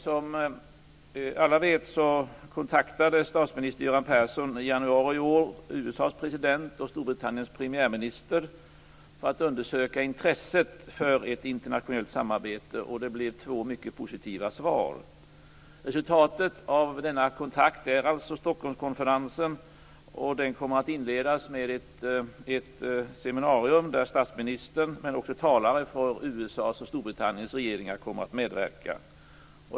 Som alla vet kontaktade statsminister Göran Persson i januari i år USA:s president och Storbritanniens premiärminister för att undersöka intresset för ett internationellt samarbete. Det blev två mycket positiva svar. Resultatet av denna kontakt är alltså Stockholmskonferensen. Den kommer att inledas med ett seminarium där statsministern medverkar samt talare från USA:s och Storbritanniens regeringar.